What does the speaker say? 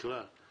אני